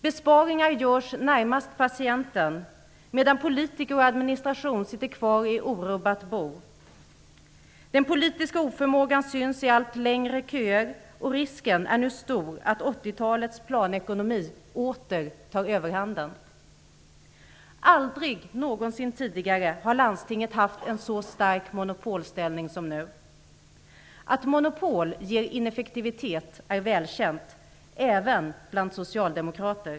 Besparingar görs närmast patienten, medan politiker och administration sitter kvar i orubbat bo. Den politiska oförmågan syns i allt längre köer, och risken är nu stor att 1980-talets planekonomi åter tar överhanden. Aldrig någonsin tidigare har landstinget haft en så stark monopolställning som nu. Att monopol ger ineffektivitet är välkänt - även bland socialdemokrater.